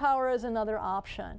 power is another option